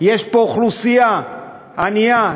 יש פה אוכלוסייה ענייה,